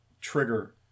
trigger